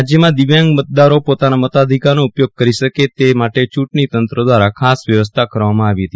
રાજ્યમાં દિવ્યાંગ મતદારો પોતાના મતાધિકારનો ઉપયોગ કરી શકે તે માટે ચૂંટજી તંત્ર દ્વારા ખાસ વ્યવસ્થા કરવામાં આવી હતી